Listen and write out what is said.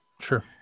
Sure